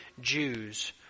Jews